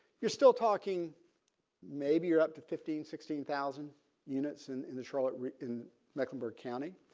you're still talking maybe you're up to fifteen sixteen thousand units in in the charlotte in mecklenburg county.